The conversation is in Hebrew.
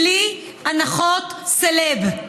בלי הנחות סלב.